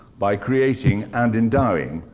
by creating, and endowing,